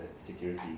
security